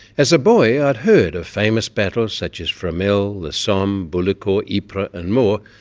as a boy i had heard of famous battles such as fromelles, the somme, bullecourt, ypres and more,